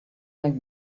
like